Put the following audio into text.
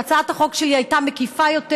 הצעת החוק שלי הייתה מקיפה יותר: